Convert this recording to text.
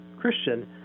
Christian